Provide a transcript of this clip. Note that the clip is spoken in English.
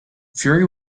fury